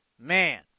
Man